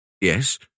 Yes